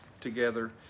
together